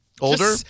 older